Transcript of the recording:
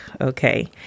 okay